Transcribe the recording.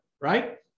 right